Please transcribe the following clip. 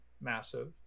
massive